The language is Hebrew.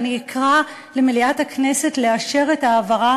ואני אקרא למליאת הכנסת לאשר את ההעברה